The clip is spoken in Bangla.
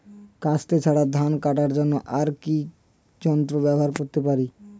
কাস্তে ছাড়া ধান কাটার জন্য আর কি যন্ত্র ব্যবহার করতে পারি?